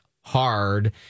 hard